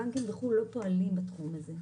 הבנקים בחו"ל לא פועלים בתחום הזה,